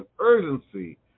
urgency